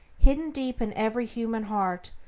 hidden deep in every human heart,